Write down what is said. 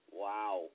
wow